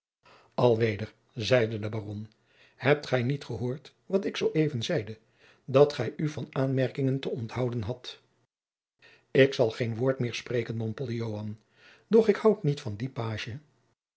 zeide de baron hebt gij niet gehoord wat ik zoo even zeide dat gij u van aanmerkingen te onthouden hadt ik zal geen woord meer spreken mompelde joan doch ik houd niet van dien pagie